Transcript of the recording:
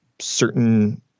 certain